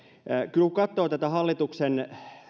kun katsoo tätä hallituksen